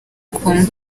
kumwe